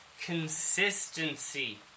Consistency